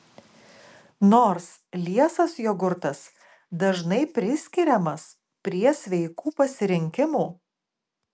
nors liesas jogurtas dažnai priskiriamas prie sveikų pasirinkimų